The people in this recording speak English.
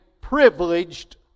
privileged